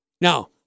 Now